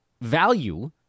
value